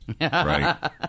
Right